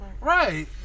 Right